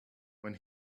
when